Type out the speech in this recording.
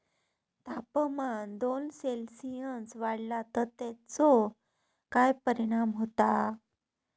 तापमान दोन सेल्सिअस वाढला तर तेचो काय परिणाम होता?